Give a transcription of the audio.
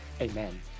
Amen